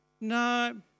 no